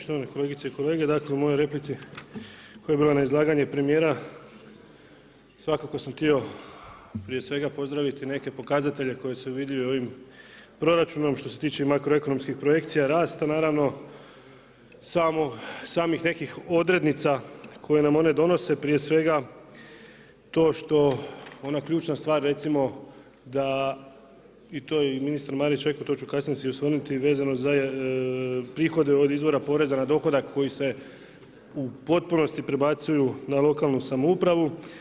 Štovane kolegice i kolege, dakle u mojoj replici koja je bila na izlaganje premijera, svakako sam htio prije svega pozdraviti neke pokazatelje koji su vidljivi ovim proračunom što se tiče makroekonomskih projekcija rasta naravno, samih nekih odrednica koje nam one donose, prije svega, to što ona ključna stvar recimo i to je i ministar Marić rekao, to ću kasnije se i osvrnuti vezano za prihode od izvora poreza na dohodak koji se u potpunosti prebacuju na lokalnu samoupravu.